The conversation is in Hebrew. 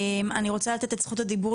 אני רוצה לתת את זכות הדיבור